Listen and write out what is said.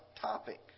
topic